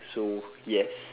so yes